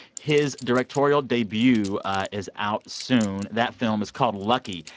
his directorial debut is out soon. that film is called lucky,